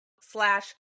slash